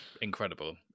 incredible